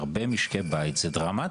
להרבה משקי בית זה דרמטי.